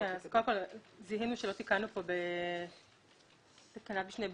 קודם כול, זיהינו שלא תיקנו פה בתקנת משנה (ב)